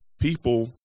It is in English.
people